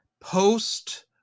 post